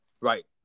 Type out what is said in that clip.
Right